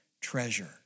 treasure